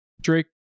Drake